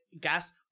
gas